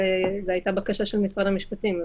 זאת הייתה בקשה של משרד המשפטים.